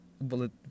bullet